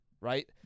right